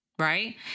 Right